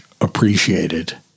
appreciated